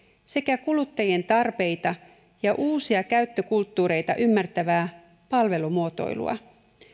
sekä kuluttajien tarpeita ja uusia käyttökulttuureita ymmärtävää palvelumuotoilua